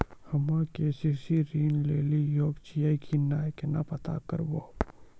हम्मे के.सी.सी ऋण लेली योग्य छियै की नैय केना पता करबै?